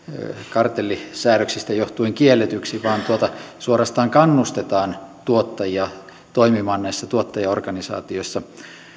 kartellisäädöksistä johtuen kielletyksi vaan suorastaan kannustetaan tuottajia toimimaan näissä tuottajaorganisaatioissa